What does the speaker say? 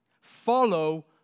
Follow